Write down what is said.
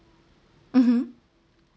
mmhmm